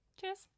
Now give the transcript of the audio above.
cheers